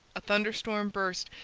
a thunderstorm burst,